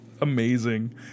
amazing